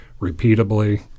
repeatably